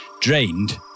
drained